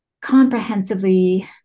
comprehensively